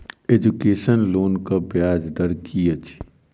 Education लोनक ब्याज दर की अछि?